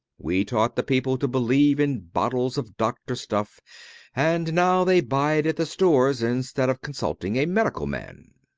we taught the people to believe in bottles of doctor's stuff and now they buy it at the stores instead of consulting a medical man.